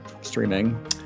streaming